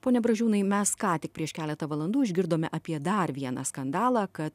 pone bražiūnai mes ką tik prieš keletą valandų išgirdome apie dar vieną skandalą kad